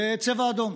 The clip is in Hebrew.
וצבע אדום.